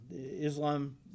Islam